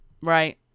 right